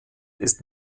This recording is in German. ist